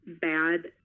bad